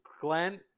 Glenn